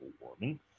warming